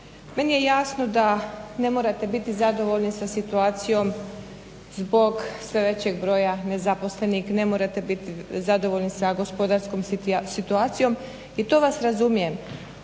meni je jasno da ne morate biti zadovoljni sa situacijom zbog sve većeg broja nezaposlenih ne morate biti zadovoljni sa gospodarskom situacijom i to vas razumijem.